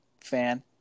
Fan